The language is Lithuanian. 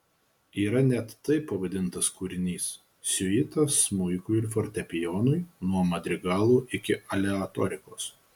yra net taip pavadintas kūrinys siuita smuikui ir fortepijonui nuo madrigalo iki aleatorikos